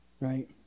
right